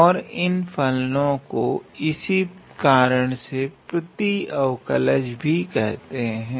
और इन फलनो को इसी कारण से प्रति अवकलज भी कहते हैं